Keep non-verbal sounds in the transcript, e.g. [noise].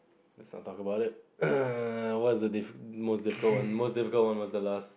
let's not talk about it [coughs] what the the most difficult one most difficult one was the last